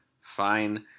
Fine